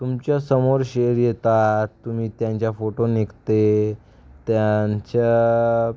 तुमच्यासमोर शेर येतात तुम्ही त्यांच्या फोटो निघते त्यांच्या